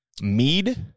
mead